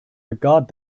regard